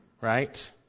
Right